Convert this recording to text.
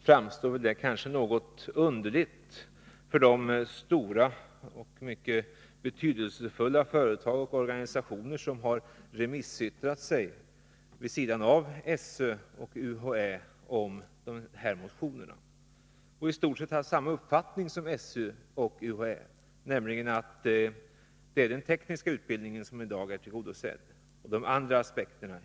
framstår antagligen som något underligt för de stora och mycket betydelsefulla företag och organisationer som har yttrat sig över motionerna och i stort sett haft samma uppfattning som SÖ och UHÄ, nämligen att det är den tekniska utbildningen som i dag är tillgodosedd och icke de andra aspekterna.